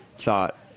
thought